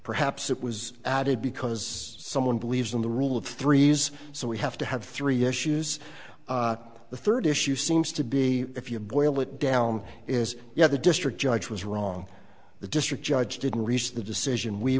perhaps it was added because someone believes in the rule of threes so we have to have three issues the third issue seems to be if you boil it down is you have the district judge was wrong the district judge didn't reach the decision we